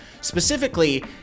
specifically